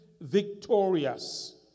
victorious